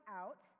out